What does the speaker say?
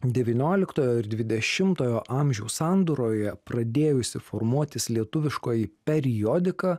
devynioliktojo ir dvidešimtojo amžiaus sandūroje pradėjusi formuotis lietuviškoji periodika